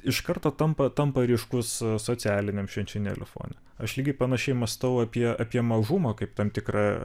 iš karto tampa tampa ryškus socialiniam švenčionėlių fone aš lygiai panašiai mąstau apie apie mažumą kaip tam tikrą